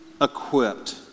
equipped